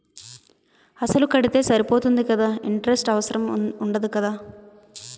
అసలు కడితే సరిపోతుంది కదా ఇంటరెస్ట్ అవసరం ఉండదు కదా?